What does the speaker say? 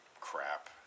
crap